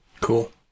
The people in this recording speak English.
cool